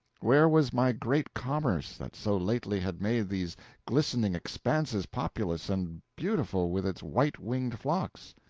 where was my great commerce that so lately had made these glistening expanses populous and beautiful with its white-winged flocks?